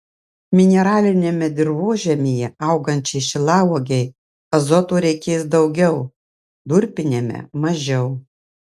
mineraliniame dirvožemyje augančiai šilauogei azoto reikės daugiau durpiniame mažiau